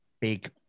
big